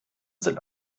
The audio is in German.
sind